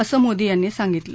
असं मोदी यांनी सांगितलं